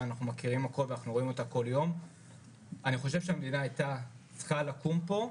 אני חושב שהמדינה הייתה צריכה לעזור.